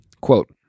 quote